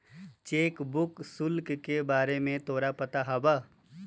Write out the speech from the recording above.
Cheque book शुल्क के बारे में तोरा पता हवा?